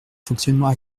fonctionnement